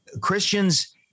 Christians